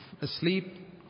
asleep